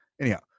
anyhow